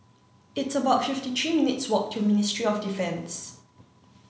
it's about fifty three minutes' walk to Ministry of Defence